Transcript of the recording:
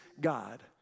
God